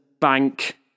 bank